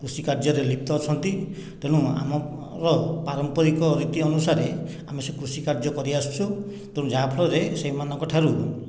କୃଷି କାର୍ଯ୍ୟରେ ଲିପ୍ତ ଅଛନ୍ତି ତେଣୁ ଆମର ପାରମ୍ପରିକ ରୀତି ଅନୁସାରେ ଆମେ ସେ କୃଷି କାର୍ଯ୍ୟ କରିଆସୁଛୁ ତେଣୁ ଯାହା ଫଳରେ ସେହିମାନଙ୍କଠାରୁ